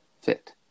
fit